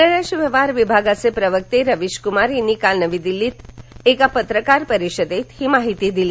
परराष्ट्र व्यवहार विभागाचे प्रवक्ते रवीशकुमार यांनी काल नवी दिल्ली इथं पत्रकार परिषदेत ही माहिती दिली